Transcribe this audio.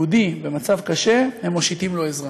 יהודי במצב קשה, הם מושיטים לו עזרה.